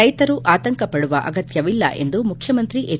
ರೈತರು ಆತಂಕ ಪಡುವ ಅಗತ್ಯವಿಲ್ಲ ಎಂದು ಮುಖ್ಯಮಂತ್ರಿ ಹೆಚ್